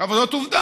אבל זאת עובדה.